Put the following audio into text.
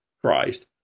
Christ